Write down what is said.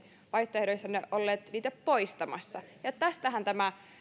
vaihtoehdoissanne olleet niitä poistamassa ja tästähän tämä